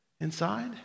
inside